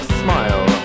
smile